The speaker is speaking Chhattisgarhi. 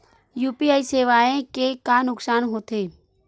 यू.पी.आई सेवाएं के का नुकसान हो थे?